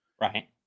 Right